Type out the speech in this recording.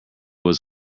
was